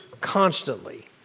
constantly